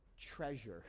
Treasure